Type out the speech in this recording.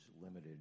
limited